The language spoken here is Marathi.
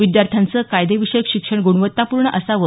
विद्यार्थ्यांचं कायदेविषयक शिक्षण गुणवत्तापूर्ण असावं